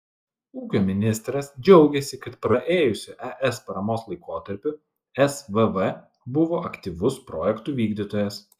ūkio ministras džiaugėsi kad praėjusiu es paramos laikotarpiu svv buvo aktyvus projektų vykdytojas